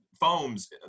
foams